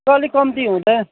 अलिक कम्ती हुँदैन